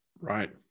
Right